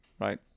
right